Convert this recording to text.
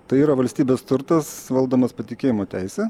tai yra valstybės turtas valdomas patikėjimo teise